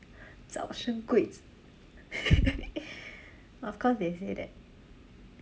早生贵子 of course they say that